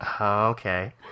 Okay